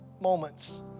moments